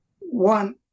one